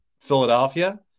Philadelphia